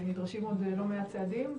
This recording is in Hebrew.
נדרשים עוד לא מעט צעדים,